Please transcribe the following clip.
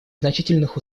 значительных